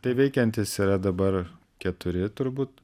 tai veikiantys yra dabar keturi turbūt